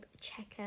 checker